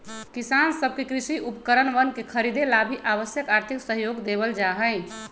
किसान सब के कृषि उपकरणवन के खरीदे ला भी आवश्यक आर्थिक सहयोग देवल जाहई